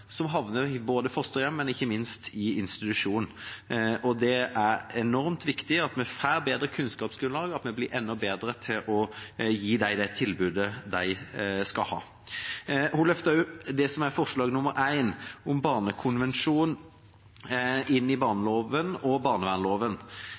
som havner i fosterhjem og ikke minst i institusjon. Det er enormt viktig at vi får bedre kunnskapsgrunnlag, og at vi blir enda bedre til å gi dem det tilbudet de skal ha. Hun løftet også fram det som er forslag nr. 1, om barnekonvensjonen inn i